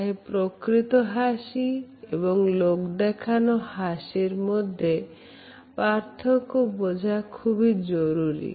তাই প্রকৃত হাসি এবং লোকদেখানো হাসির মধ্যে পার্থক্য বোঝো খুবই জরুরী